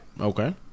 Okay